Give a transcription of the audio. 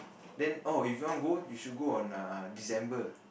then oh if you want to go you should go on err December